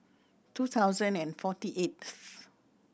two thousand and forty eighth